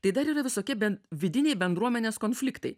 tai dar yra visokie ben vidiniai bendruomenės konfliktai